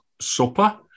supper